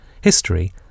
history